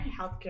healthcare